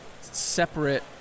separate